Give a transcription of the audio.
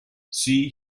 see